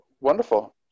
Wonderful